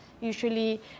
usually